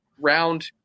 round